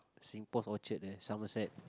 singpost orchard at Somerset